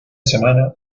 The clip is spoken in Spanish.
semana